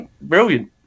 brilliant